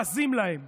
בזים להם.